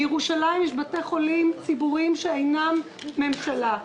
בירושלים יש בתי חולים ציבוריים שאינם ממשלתיים.